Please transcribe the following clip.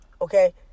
okay